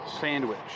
sandwich